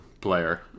player